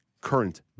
current